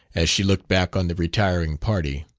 as she looked back on the retiring party.